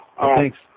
Thanks